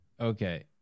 Okay